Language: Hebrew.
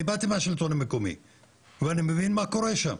אני באתי מהשלטון המקומי ואני מבין מה קורה שם.